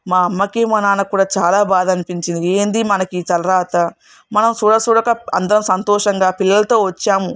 మా అమ్మకి మా నాన్నకి కూడా చాలా బాధ అనిపించింది ఏంది మనకి ఈ తలరాత మనం చూడ చూడక అందరం సంతోషంగా పిల్లలతో వచ్చాము